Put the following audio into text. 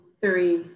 three